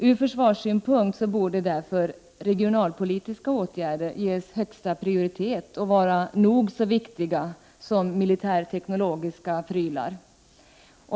Ur försvarssynpunkt borde mot denna bakgrund regionalpolitiska åtgärder ges högsta prioritet och vara nog så viktiga som militärteknologiska prylar.